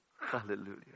Hallelujah